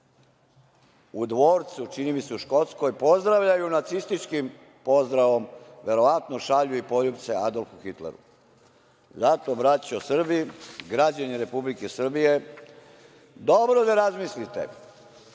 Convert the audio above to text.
u dvorcu, čini mi se u Škotskoj, pozdravljaju nacističkim pozdravom, verovatno šalju i poljupce Adolfu Hitleru. Zato braćo Srbi, građani Republike Srbije dobro da razmislite